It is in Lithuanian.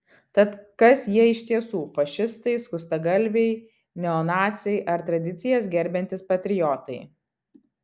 tad kas jie iš tiesų fašistai skustagalviai neonaciai ar tradicijas gerbiantys patriotai